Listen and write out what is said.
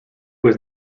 was